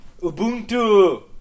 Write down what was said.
Ubuntu